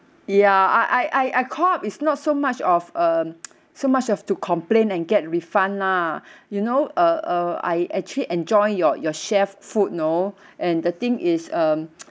ya I I I I called up is not so much of um so much of to complain and get refund lah you know uh uh I actually enjoy your your chef's food you know and the thing is um